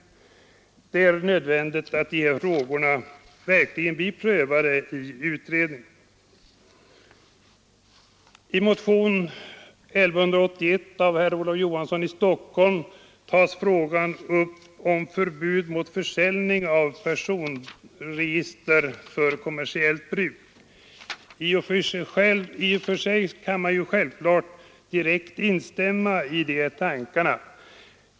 Det är nödvändigt att dessa frågor verkligen blir prövade i utredningen. I motionen 1181 av herr Olof Johansson i Stockholm begär denne förbud mot försäljning av personregister för kommersiellt bruk. I och för sig kan man självfallet direkt instämma i denna tankegång.